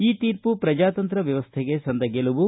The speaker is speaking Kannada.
ಈ ತೀರ್ಮ ಪ್ರಜಾತಂತ್ರ ವ್ಯವಸ್ಥೆಗೆ ಸಂದ ಗೆಲುವು